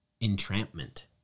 entrapment